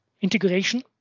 integration